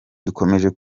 dukomeje